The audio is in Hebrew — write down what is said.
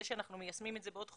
זה שאנחנו מיישמים את זה בעוד חודש,